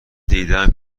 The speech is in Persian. دیدهام